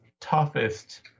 toughest